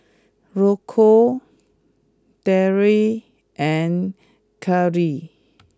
Rocco Daryle and Curley